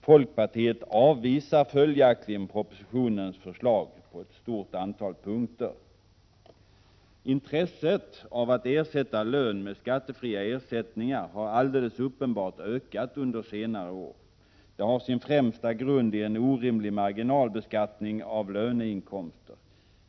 Folkpartiet avvisar följaktligen propositionens förslag på ett stort antal punkter. Intresset av att ersätta lön med skattefria ersättningar har alldeles uppenbart ökat under senare år. Det har sin främsta grund i en orimlig marginalbeskattning av löneinkomster.